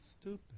stupid